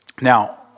Now